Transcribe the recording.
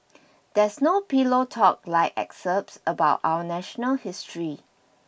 there is no pillow talk like excerpts about our national history